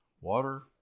water